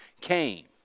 came